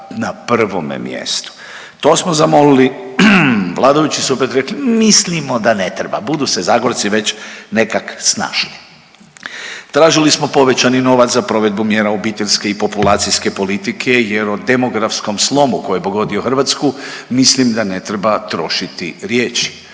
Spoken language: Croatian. na prvome mjestu. To smo zamolili, vladajući su opet rekli – mislimo da ne treba, budu se Zagorci već nekak snašli. Tražili smo povećani novac za provedbu mjera obiteljske i populacijske politike jer o demografskom slomu koji je pogodio Hrvatsku mislim da ne treba trošiti riječi.